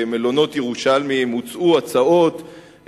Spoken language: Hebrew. במלונות ירושלמיים הוצעו הצעות,